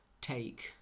take